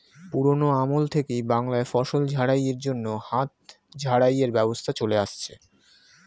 পুরোনো আমল থেকেই বাংলায় ফসল ঝাড়াই এর জন্য হাত ঝাড়াই এর ব্যবস্থা চলে আসছে